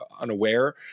unaware